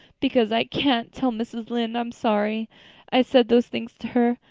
because i can't tell mrs. lynde i'm sorry i said those things to her.